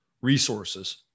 resources